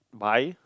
buy